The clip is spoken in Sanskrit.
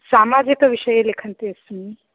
सामाजिकविषये लिखन्ति अस्मि